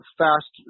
fast